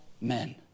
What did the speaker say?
Men